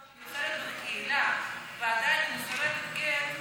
אישה, בקהילה ועדיין היא מסורבת גט.